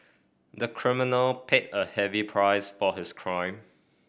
the criminal paid a heavy price for his crime